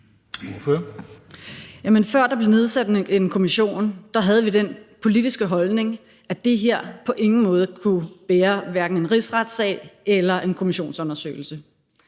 (NB): Før der blev nedsat en kommission, havde vi den politiske holdning, at det her på ingen måde kunne bære hverken en rigsretssag eller en kommissionsundersøgelse.